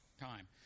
time